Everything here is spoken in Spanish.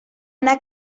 ana